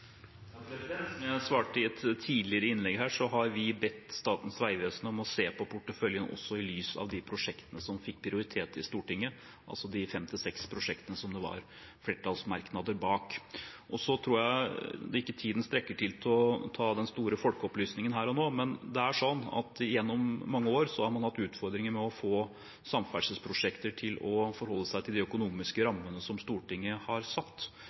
Som jeg svarte i et tidligere innlegg her, har vi bedt Statens vegvesen om å se på porteføljen i lys av de prosjektene som fikk prioritet i Stortinget, altså de fem–seks prosjektene det var flertallsmerknader bak. Og så tror jeg ikke tiden strekker til for å ta den folkeopplysningen her og nå, men det er sånn at gjennom mange år har man hatt utfordringer med å få samferdselsprosjekter til å forholde seg til de økonomiske rammene som Stortinget har satt.